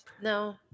No